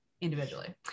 individually